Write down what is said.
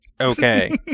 Okay